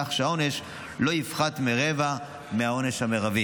כך שהעונש לא יפחת מרבע מהעונש המרבי.